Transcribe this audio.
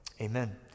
amen